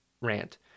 rant